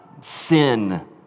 sin